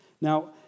Now